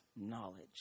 knowledge